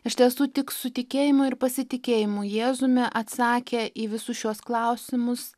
iš tiesų tik su tikėjimu ir pasitikėjimu jėzumi atsakę į visus šiuos klausimus